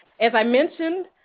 as i mentioned,